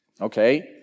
Okay